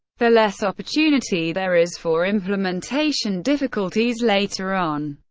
the less opportunity there is for implementation difficulties later on.